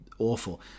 awful